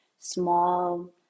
small